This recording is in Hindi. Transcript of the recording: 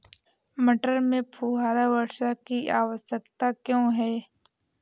मटर में फुहारा वर्षा की आवश्यकता क्यो है?